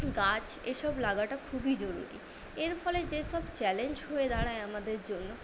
গাছ এসব লাগাটা খুবই জরুরি এর ফলে যেসব চ্যালেঞ্জ হয়ে দাঁড়ায় আমাদের জন্য